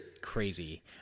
crazy